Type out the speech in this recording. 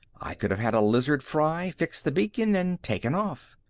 i could had a lizard fry, fixed the beacon and taken off.